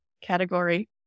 category